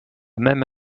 même